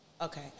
Okay